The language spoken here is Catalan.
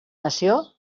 nació